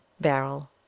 Barrel